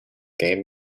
game